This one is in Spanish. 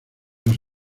los